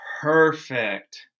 Perfect